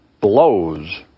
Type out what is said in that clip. blows